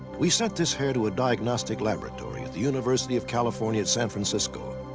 we sent this hair to a diagnostic laboratory at the university of california at san francisco.